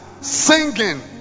Singing